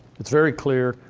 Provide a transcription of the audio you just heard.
it's very clear.